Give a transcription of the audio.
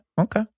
okay